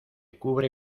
cubre